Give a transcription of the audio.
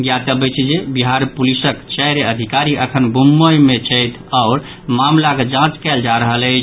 ज्ञातव्य अछि जे बिहार पुलिसक चारि अधिकारी अखन मुम्बई मे छथि आओर मामिलाक जांच कयल जा रहल अछि